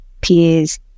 peers